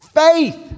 Faith